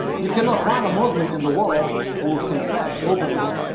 you cannot find a muslim in the world who will confess openly